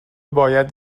باید